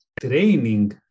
training